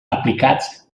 aplicats